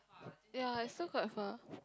ya is so quite far